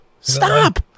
stop